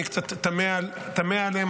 אני קצת תמה עליהן,